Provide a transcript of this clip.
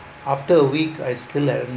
after a week I still haven't